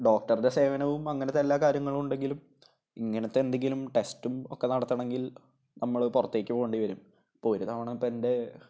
ഡോക്ടറുടെ സേവനവും അങ്ങനത്തെ എല്ലാ കാര്യങ്ങളുമുണ്ടെങ്കിലും ഇങ്ങനത്തെ എന്തെങ്കിലും ടെസ്റ്റും ഒക്കെ നടത്തണമെങ്കിൽ നമ്മള് പുറത്തേക്ക് പോകേണ്ടി വരും ഇപ്പോള് ഒരു തവണ ഇപ്പോള് എൻ്റെ